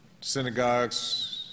synagogues